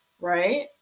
right